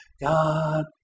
God